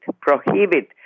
prohibit